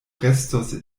restos